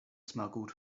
smuggled